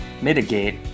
mitigate